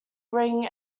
ring